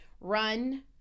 run